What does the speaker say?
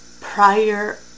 prior